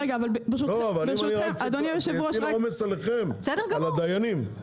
זה מטיל עומס עליכם ועל הדיינים.